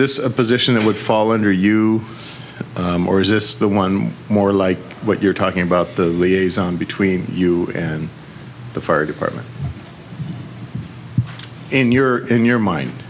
this a position that would fall under you or is this the one more like what you're talking about the liaison between you and the fire department in your in your mind